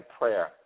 prayer